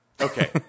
Okay